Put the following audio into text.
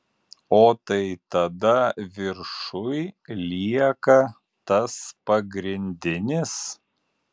o tai tada viršuj lieka tas pagrindinis